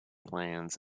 plans